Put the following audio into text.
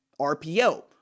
RPO